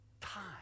time